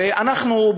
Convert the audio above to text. ואנחנו,